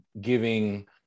giving